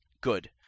good